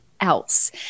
else